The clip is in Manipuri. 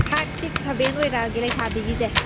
ꯐꯥꯏꯚ ꯁꯤꯛꯁ ꯁꯕꯦꯟ ꯑꯣꯏꯔꯛꯂꯒꯦ ꯂꯩꯁꯥꯕꯤꯒꯤꯁꯦ